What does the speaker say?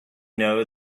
know